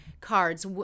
cards